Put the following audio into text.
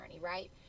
right